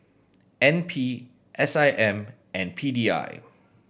N P S I M and P D I